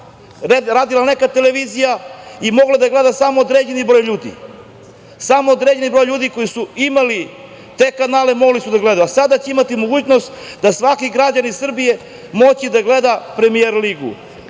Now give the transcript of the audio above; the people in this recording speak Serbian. radila neka televizija i mogao da gleda samo određeni broj ljudi. Samo određeni broj ljudi koji su imali te kanale mogli su da gledaju, a sada će imati mogućnost da svaki građanin Srbije može da gleda Premijer ligu.